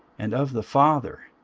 and of the father,